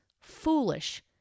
foolish